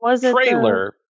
trailer